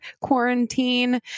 quarantine